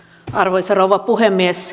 arvoisa rouva puhemies